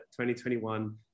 2021